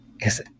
Yes